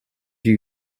you